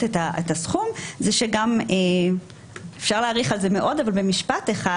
את הסכום אפשר להאריך על זה מאוד במשפט אחד: